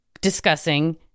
discussing